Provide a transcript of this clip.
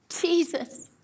Jesus